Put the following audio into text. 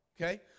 Okay